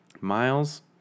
Miles